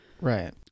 Right